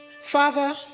Father